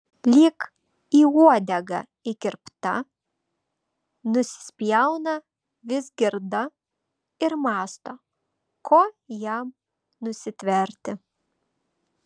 lyg į uodegą įkirpta nusispjauna vizgirda ir mąsto ko jam nusitverti